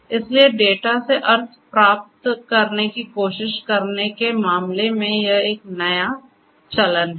इसलिए डेटा से अर्थ प्राप्त करने की कोशिश करने के मामले में यह एक नया चलन है